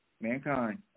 mankind